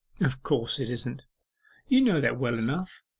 of course it isn't you know that well enough.